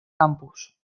campus